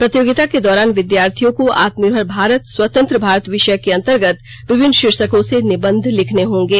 प्रतियोगिता के दौरान विद्यार्थियों को आत्मनिर्भर भारत स्वतंत्र भारत विषय के अंतर्गत विभिन्न शीर्षकों से निबंध लिखने होंगे